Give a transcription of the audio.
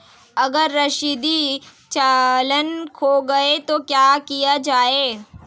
अगर रसीदी चालान खो गया तो क्या किया जाए?